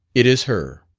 it is her.